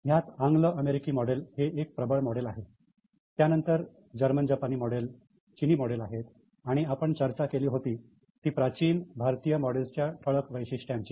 ह्यात अँगल अमेरिकी मॉडेल हे एक प्रबळ मॉडेल आहे त्यानंतर जर्मन जपानी मॉडेल चिनी मॉडेल आहेत आणि आपण चर्चा केली होती ती प्राचीन भारतीय मॉडेलच्या ठळक वैशिष्ट्यांची